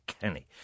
Kenny